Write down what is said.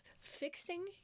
Fixing